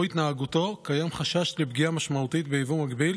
התנהגותו קיים חשש לפגיעה משמעותית ביבוא מקביל